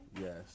Yes